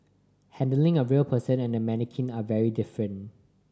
handling a real person and a mannequin are very different